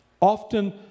often